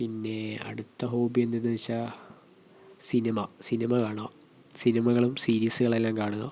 പിന്നെ അടുത്ത ഹോബി എന്തെന്ന് വച്ചാൽ സിനിമ സിനിമ കാണുക സിനിമകളും സീരീസുകളെല്ലാം കാണുക